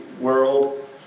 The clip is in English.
world